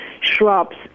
shrubs